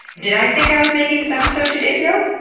did i think i was making this episode two days ago?